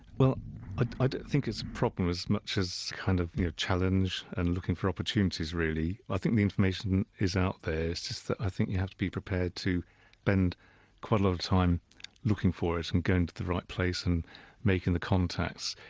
well ah i don't think it's a problem as much as kind of of challenge and looking for opportunities really. i think the information is out there, it's just that i think you have to be prepared to spend quite a lot of time looking for it and going to the right place and making the contacts.